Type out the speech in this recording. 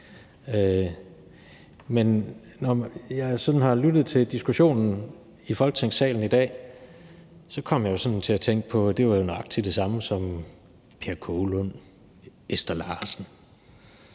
her. Når jeg sådan lyttede til diskussionen i Folketingssalen i dag, kom jeg til at tænke på, at det var nøjagtig det samme, som Per Kaalund, Ester Larsen,